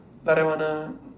like that one ah